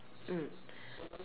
mm